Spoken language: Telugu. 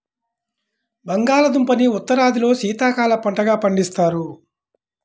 బంగాళాదుంపని ఉత్తరాదిలో శీతాకాలపు పంటగా పండిస్తారు